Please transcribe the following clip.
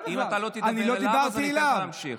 אם אתה לא תדבר אליו תוכל להמשיך.